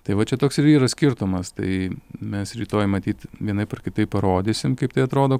tai va čia toks ir yra skirtumas tai mes rytoj matyt vienaip ar kitaip parodysim kaip tai atrodo